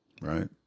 right